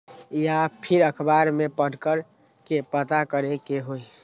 या फिर अखबार में पढ़कर के पता करे के होई?